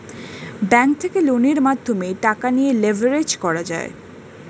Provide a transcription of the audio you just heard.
bank থেকে লোনের মাধ্যমে টাকা নিয়ে লেভারেজ করা যায়